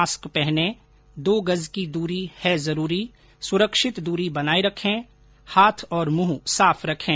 mask पहनें दो गज की दूरी है जरूरी सुरक्षित दूरी बनाए रखें हाथ और मुंह साफ रखें